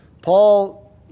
Paul